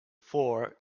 for